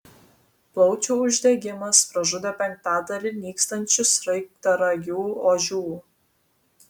plaučių uždegimas pražudė penktadalį nykstančių sraigtaragių ožių